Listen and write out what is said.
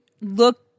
look